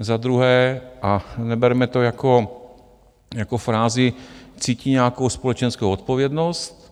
Za druhé, a neberme to jako frázi, cítí nějakou společenskou odpovědnost.